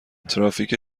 ترافیک